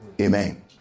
amen